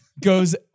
goes